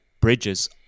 bridges